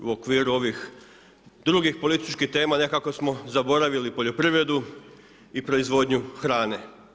U okviru ovih drugih političkih tema, nekako smo zaboravili poljoprivredu, i proizvodnju hrane.